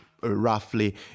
roughly